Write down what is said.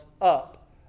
up